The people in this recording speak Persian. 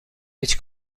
هیچ